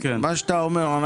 אנחנו מאמצים את מה שאתה אומר.